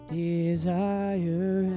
desire